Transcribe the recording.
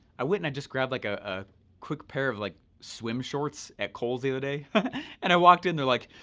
i went and i just grabbed like ah a quick pair of like, swim shorts at kohls the other day and i walked and they're like,